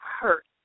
hurt